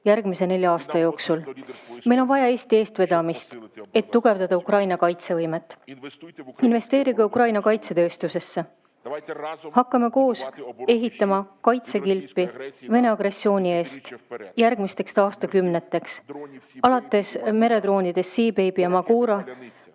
järgmise nelja aasta jooksul. Meil on vaja Eesti eestvedamist, et tugevdada Ukraina kaitsevõimet. Investeerige Ukraina kaitsetööstusesse! Hakkame koos ehitama kaitsekilpi Vene agressiooni eest järgmisteks aastakümneteks, alates meredroonidest SeaBaby ja Magura